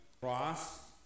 cross